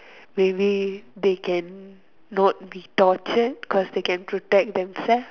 maybe they can not be tortured cause they can protect themselves